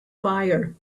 fire